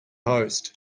host